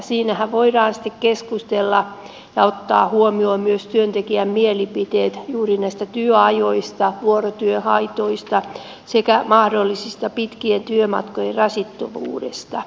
siinähän voidaan sitten keskustella ja ottaa huomioon myös työntekijän mielipiteet juuri näistä työajoista vuorotyön haitoista sekä mahdollisesta pitkien työmatkojen rasittavuudesta